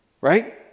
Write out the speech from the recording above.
Right